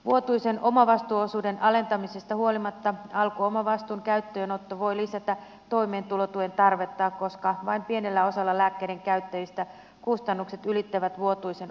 vuotuisen omavastuuosuuden alentamisesta huolimatta alkuomavastuun käyttöönotto voi lisätä toimeentulotuen tarvetta koska vain pienellä osalla lääkkeidenkäyt täjistä kustannukset ylittävät vuotuisen omavastuuosuuden